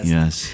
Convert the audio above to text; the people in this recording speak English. Yes